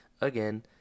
again